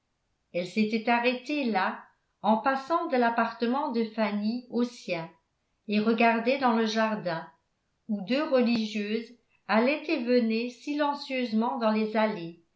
elle s'était arrêtée là en passant de l'appartement de fanny au sien et regardait dans le jardin où deux religieuses allaient et venaient silencieusement dans les allées